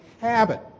habit